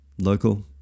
local